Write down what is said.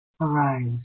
arise